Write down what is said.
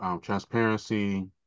transparency